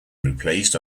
replaced